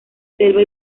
selva